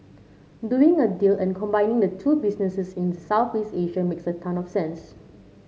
doing a deal and combining the two businesses in Southeast Asia makes a ton of sense